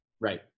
Right